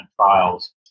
trials